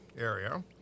area